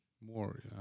More